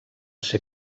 ser